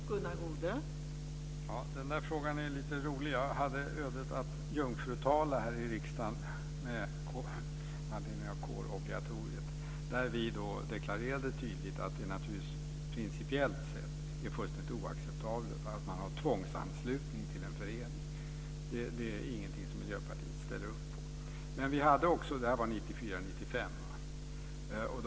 Fru talman! Den där frågan är lite rolig. Jag hade ödet att jungfrutala här i riksdagen med anledning av kårobligatoriet. Vi deklarerade då tydligt att det naturligtvis principiellt sett är fullständigt oacceptabelt att man har tvångsanslutning till en förening. Det är ingenting som Miljöpartiet ställer upp på. Det här var 1994 och 1995.